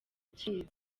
akizi